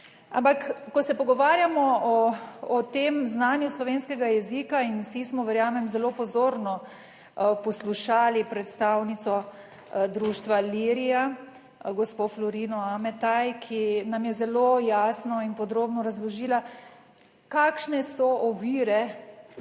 Ampak ko se pogovarjamo o tem znanju slovenskega jezika in vsi smo, verjamem, zelo pozorno poslušali predstavnico društva Ilirija, gospo Florino Ametaj, ki nam je zelo jasno in podrobno razložila kakšne so ovire